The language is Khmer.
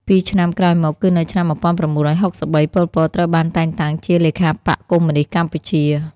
ពីរឆ្នាំក្រោយមក គឺនៅឆ្នាំ១៩៦៣ ប៉ុល ពត ត្រូវបានតែងតាំងជាលេខាបក្សកុម្មុយនីស្តកម្ពុជា។